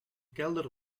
kelder